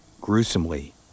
Gruesomely